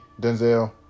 Denzel